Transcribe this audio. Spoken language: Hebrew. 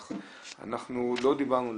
אנחנו לא דיברנו,